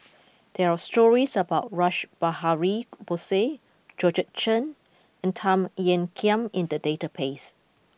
there are stories about Rash Behari Bose Georgette Chen and Tan Ean Kiam in the database